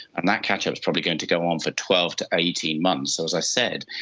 and that catch-up is probably going to go on for twelve to eighteen months. so, as i said,